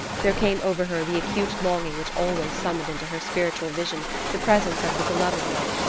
there came over her the acute longing which always summoned into her spiritual vision the presence of the beloved one,